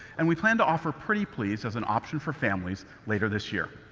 and we plan to offer pretty please as an option for families later this year.